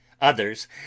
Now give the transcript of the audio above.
Others